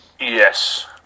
Yes